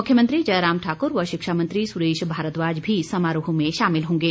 मुख्यमंत्री जयराम ठाकुर व शिक्षामंत्री सुरेश भारद्वाज भी समारोह में शामिल होंगे